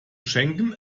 schenken